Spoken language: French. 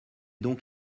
donc